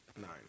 nine